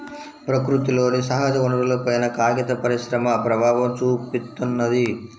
ప్రకృతిలోని సహజవనరులపైన కాగిత పరిశ్రమ ప్రభావం చూపిత్తున్నది